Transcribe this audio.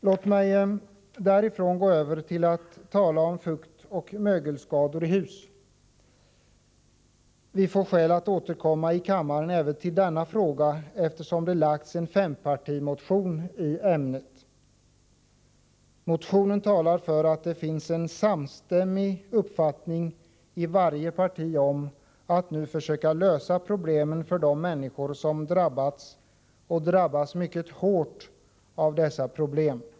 Låt mig därifrån gå över till att tala om fuktoch mögelskador i hus. Vi får skäl att återkomma i kammaren även till denna fråga, eftersom det väckts en fempartimotion i ämnet. Motionen talar för att det finns en samstämmig uppfattning i varje parti om att man nu måste försöka lösa problemen för de människor som drabbats, och drabbats mycket hårt, av dessa problem.